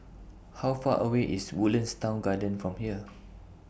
How Far away IS Woodlands Town Garden from here